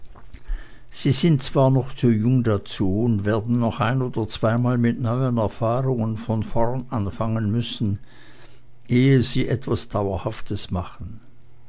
sie sind zwar noch zu jung dazu und werden noch ein oder zweimal mit neuen erfahrungen von vorn anfangen müssen ehe sie etwas dauerhaftes machen